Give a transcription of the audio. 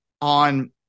on